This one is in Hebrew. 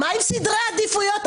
מה עם סדרי עדיפויות?